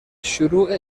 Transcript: شروع